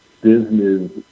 business